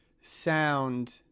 sound